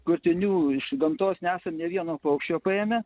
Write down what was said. kurtinių iš gamtos nesam nė vieno paukščio paėmę